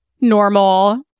normal